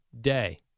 day